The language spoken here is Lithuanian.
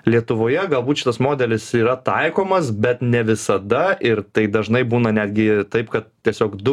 lietuvoje galbūt šitas modelis yra taikomas bet ne visada ir tai dažnai būna netgi taip kad tiesiog du